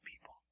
people